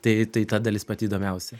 tai ta dalis pati įdomiausia